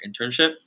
internship